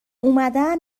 اومدن